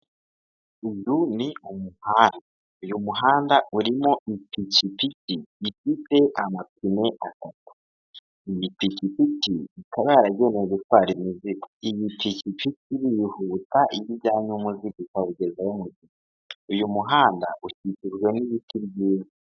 Uyu ni umuhanda, uyu muhanda urimo ipikipiki ifite amapine atatu, iyi pikipiti ikaba yaragenewe gutwara imizigo, iyi pikipiki urihuta iyo ijyanye umuzigo ikawugezayo, uyu muhanda ukikijwe n'ibiti byiza.